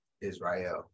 Israel